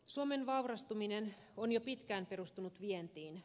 suomen vaurastuminen on jo pitkään perustunut vientiin